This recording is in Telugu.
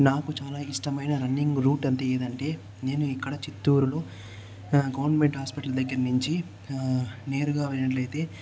నాకు చాలా ఇష్టమైన రన్నింగ్ రూట్ అంటే ఏదంటే నేను ఇక్కడ చిత్తూరులో గవర్నమెంట్ హాస్పిటల్ దగ్గర నుంచి నేరుగా వెళ్ళినట్లయితే